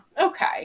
Okay